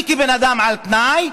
אני כאדם על תנאי,